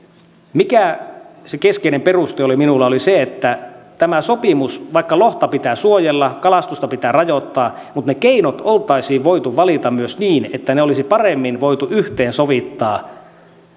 mikä se keskeinen peruste oli minulla oli se että tässä sopimuksessa vaikka lohta pitää suojella kalastusta pitää rajoittaa ne keinot olisi voitu valita myös niin että ne olisi paremmin voitu yhteensovittaa